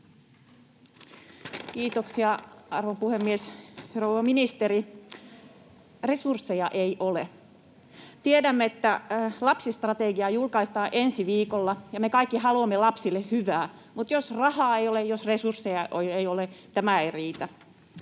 Kiitoksia, arvon puhemies! Rouva ministeri, resursseja ei ole. Tiedämme, että lapsistrategia julkaistaan ensi viikolla, ja me kaikki haluamme lapsille hyvää, mutta jos rahaa ei ole, jos resursseja ei ole, tämä ei riitä.